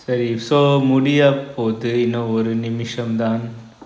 சேரி:seri so முடிய பொது இன்னும் ஒரு நிமிஷம் தான்:mudiya pothu inum oru nimisam thaan